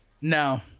No